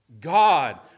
God